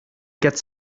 get